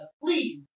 Please